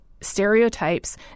stereotypes